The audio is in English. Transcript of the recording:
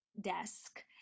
desk